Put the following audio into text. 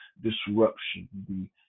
disruption